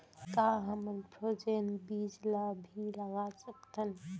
का हमन फ्रोजेन बीज ला भी लगा सकथन?